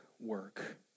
work